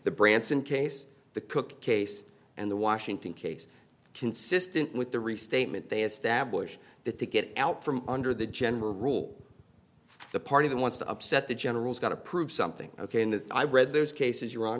the branson case the cook case and the washington case consistent with the restatement they establish that they get out from under the general rule of the party that wants to upset the generals got to prove something ok and i read those cases your hon